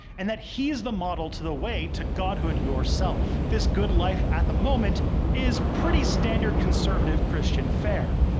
and that he's the model to the way to godhood yourself. this good life at the moment is pretty standard conservative christian fare.